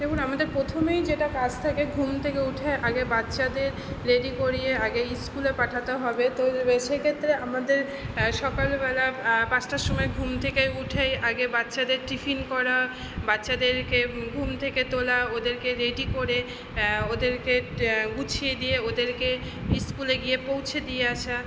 দেখুন আমাদের প্রথমেই যেটা কাজ থাকে ঘুম থেকে উঠে আগে বাচ্চাদের রেডি করিয়ে আগে স্কুলে পাঠাতে হবে তো সে ক্ষেত্রে আমাদের সকালবেলা পাঁচটার সময় ঘুম থেকে উঠেই আগে বাচ্চাদের টিফিন করা বাচ্চাদেরকে ঘুম থেকে তোলা ওদেরকে রেডি করে ওদেরকে ট্যা গুছিয়ে দিয়ে ওদেরকে স্কুলে গিয়ে পৌঁছে দিয়ে আসা